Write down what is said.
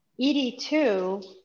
ED2